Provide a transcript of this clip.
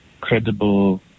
credible